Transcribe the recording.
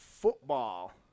Football